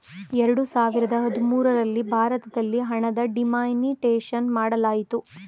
ಎರಡು ಸಾವಿರದ ಹದಿಮೂರಲ್ಲಿ ಭಾರತದಲ್ಲಿ ಹಣದ ಡಿಮಾನಿಟೈಸೇಷನ್ ಮಾಡಲಾಯಿತು